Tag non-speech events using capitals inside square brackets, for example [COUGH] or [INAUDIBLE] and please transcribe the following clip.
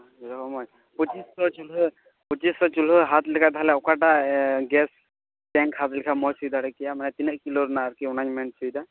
[UNINTELLIGIBLE] ᱯᱚᱸᱪᱤᱥ ᱥᱚ ᱪᱩᱞᱦᱟᱹ ᱯᱚᱸᱪᱤᱥ ᱥᱚ ᱪᱩᱞᱦᱟᱹ ᱦᱟᱛᱟᱣ ᱞᱮᱠᱷᱟᱱ ᱛᱟᱞᱚᱦᱮ ᱚᱠᱟᱴᱟᱜ ᱜᱮᱥ ᱴᱮᱝᱠ ᱦᱟᱛᱟᱣ ᱞᱮᱠᱷᱟᱱ ᱢᱚᱡᱽ ᱦᱩᱭ ᱫᱟᱲᱮ ᱠᱮᱭᱟ ᱢᱟᱱᱮ ᱛᱤᱱᱟᱹᱜ ᱠᱤᱞᱳ ᱨᱮᱱᱟᱜ ᱟᱨᱠᱤ ᱚᱱᱟᱧ ᱢᱮᱱ ᱦᱚᱪᱚᱭᱮᱫᱟ